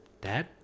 Dad